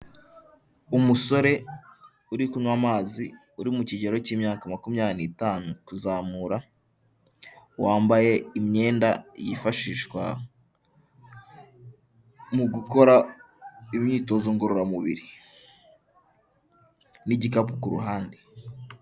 Umusore uri kunywa amazi uri mu kigero cy'imyaka makumyabiri n'itanu kuzamura, wambaye imyenda yifashishwa mu gukora imyitozo ngororamubiri, n'igikapu ku ruhande.